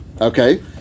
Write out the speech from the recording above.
Okay